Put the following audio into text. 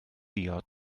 diod